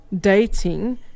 dating